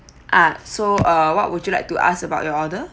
ah so uh what would you like to ask about your order